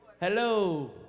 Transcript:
Hello